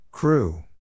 Crew